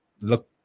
look